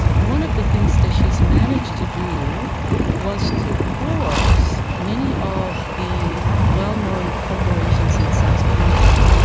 one of the things that she has managed to do was to force many of the well-known corporations in south korea,